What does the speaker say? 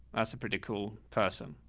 that's a pretty cool person.